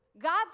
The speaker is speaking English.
God